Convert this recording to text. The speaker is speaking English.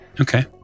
Okay